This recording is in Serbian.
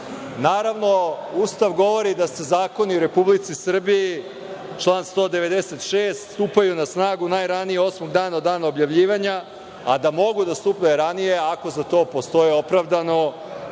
Naravno, Ustav govori da zakoni u Republici Srbiji, član 196, stupaju na snagu najranije osmog dana od dana objavljivanja, a da mogu da stupe ranije ako za to postoje naročito opravdani